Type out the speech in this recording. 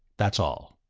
that's all.